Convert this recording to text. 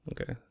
Okay